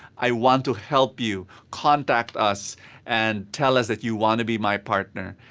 i want to help you. contact us and tell us that you want to be my partner.